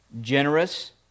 generous